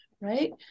Right